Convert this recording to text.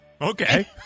Okay